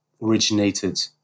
originated